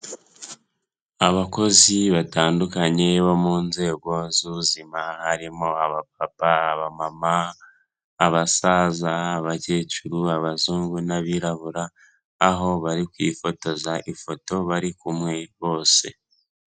Abakozi batandukanye bo mu nzego z'ubuzima harimo abapapa, abamama, abasaza, abakecuru abazungu n'abirabura aho bari kwifotoza ifoto bari kumwe bose.